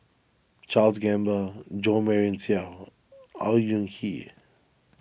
Charles Gamba Jo Marion Seow Au Hing Yee